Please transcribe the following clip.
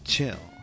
Chill